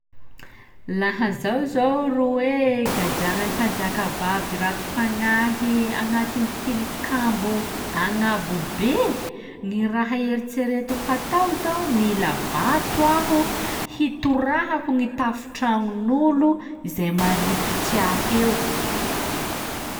Laha zaho zao ro hoe gadragnan'ny mpanjakavavy raty fagnahy agnatin'ny tilikambo agnabo be, gny raha heritseretiko ho atao zao mila vato aho hitorahako gny tafon-tragnon'olo zay marikitsy ahy eo.